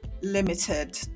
Limited